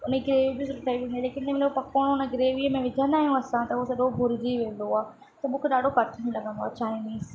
उन जी ग्रेवी बि सुठी ठही वेंदी आहे लेकिन उन जो पकोड़ो उन ग्रेवीअ में विझंदा आहियूं असां त उहो सॼो भुरिजी वेंदो आहे त मूंखे ॾाढो कठिन लॻंदो आहे चाईनीज़